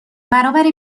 برابر